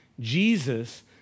Jesus